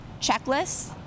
checklists